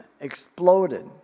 exploded